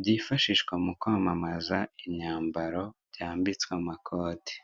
byifashishwa mu kwamamaza imyambaro byambitswe amakoti.